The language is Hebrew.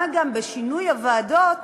מה גם שבשינוי הוועדות